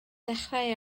dechrau